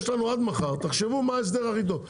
יש לנו עד מחר, תחשבו מה ההסדר הכי טוב.